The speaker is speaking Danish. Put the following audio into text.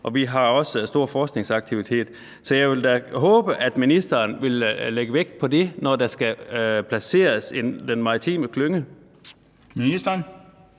vi har også stor forskningsaktivitet. Så jeg vil da håbe, at ministeren vil lægge vægt på det, når den maritime klynge skal